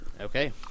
Okay